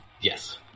Yes